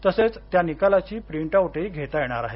तसेच त्या निकालाची प्रिंटआउटही घेता येणार आहे